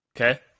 Okay